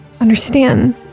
understand